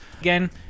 again